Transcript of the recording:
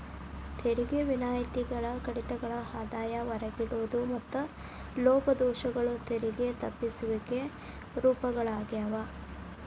ತೆರಿಗೆ ವಿನಾಯಿತಿಗಳ ಕಡಿತಗಳ ಆದಾಯ ಹೊರಗಿಡೋದು ಮತ್ತ ಲೋಪದೋಷಗಳು ತೆರಿಗೆ ತಪ್ಪಿಸುವಿಕೆ ರೂಪಗಳಾಗ್ಯಾವ